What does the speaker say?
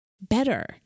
better